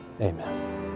Amen